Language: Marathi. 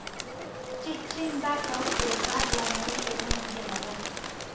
चिचिंदाचा उपयोग भाजी आणि औषध म्हणून केला जातो